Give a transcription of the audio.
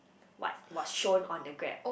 what was shown on the Grab